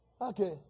Okay